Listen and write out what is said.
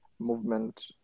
Movement